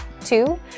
two